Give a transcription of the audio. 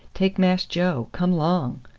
take mass joe. come long.